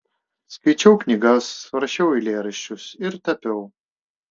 skaičiau knygas rašiau eilėraščius ir tapiau